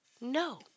no